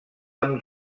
amb